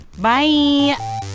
Bye